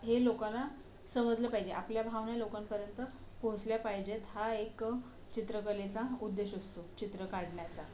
हे लोकांना समजलं पाहिजे आपल्या भावना लोकांपर्यंत पोहोचल्या पाहिजेत हा एक चित्रकलेचा उद्देश असतो चित्र काढण्याचा